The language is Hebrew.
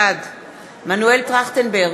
בעד מנואל טרכטנברג,